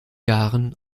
jahren